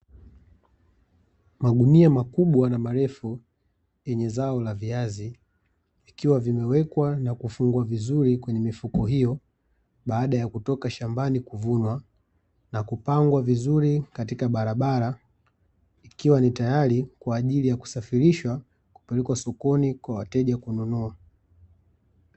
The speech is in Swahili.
Magunia makubwa na marefu yenye zao la viazi vikiwa vimewekwa na kufungwa vizuri kwenye mifuko hiyo baada ya kutoka shambani kuvunwa na kupangwa vizuri katika barabara, ikiwa ni tayari kwa ajili ya kusafirishwa kupelekwa sokoni kwa wateja kununua.